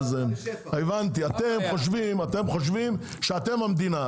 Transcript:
הבנתי, אתם חושבים שאתם המדינה.